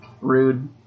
rude